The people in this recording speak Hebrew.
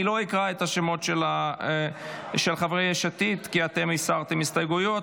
אני לא אקרא את השמות של חברי יש עתיד כי אתם הסרתם הסתייגויות.